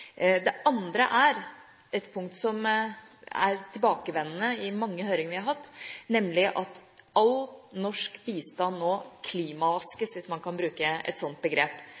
Det andre er et punkt som er tilbakevendende i mange høringer vi har hatt, nemlig at all norsk bistand nå «klimavaskes», hvis man kan bruke et sånt begrep.